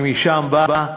אני משם בא.